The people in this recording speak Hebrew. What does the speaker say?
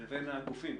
לבין הגופים,